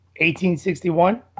1861